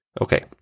Okay